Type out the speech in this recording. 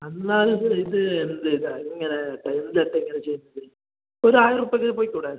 എന്നാലും ഇത് ഇത് എന്ത് ഇതാണ് ഇങ്ങനെ ടൈം എത്രയാണ് വച്ച് ഒരു ആയിരം ഉർപ്യക്ക് പോയിക്കൂടേ